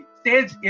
stage